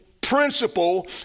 principle